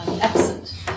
absent